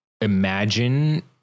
imagine